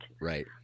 Right